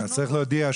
לקחנו את מה שנקרא,